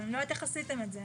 אני לא יודעת איך עשיתם את זה.